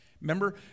Remember